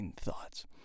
thoughts